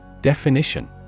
Definition